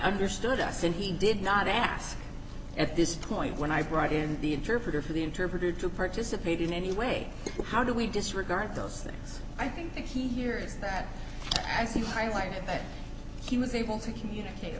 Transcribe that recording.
understood us and he did not ask at this point when i brought in the interpreter for the interpreter to participate in any way how do we disregard those things i think the key here is that i see highlight that he was able to communicate